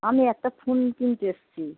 আমি একটা ফোন কিনতে এসছি